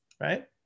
right